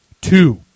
two